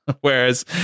Whereas